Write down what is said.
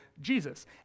Jesus